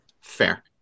Fair